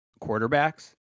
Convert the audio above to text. quarterbacks